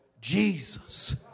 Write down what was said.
Jesus